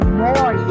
more